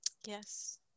Yes